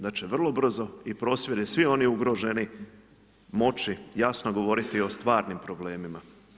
Da će vrlo brzo i prosvjede svi oni ugroženi moći jasno govoriti o stvarnim problemima.